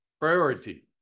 Priority